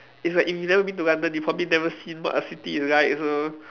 it's like if you never been to London you probably never seen what a city is like also